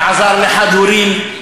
ועזר לחד-הוריים.